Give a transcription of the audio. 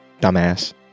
Dumbass